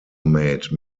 made